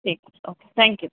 ঠিক আছে okay thank you